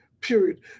period